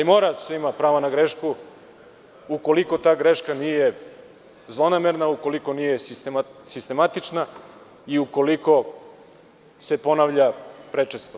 Mora da se ima prava ne grešku, ukoliko ta greška nije zlonamerna, ukoliko nije sistematična i ukoliko se ponavlja prečesto.